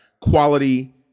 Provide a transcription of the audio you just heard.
quality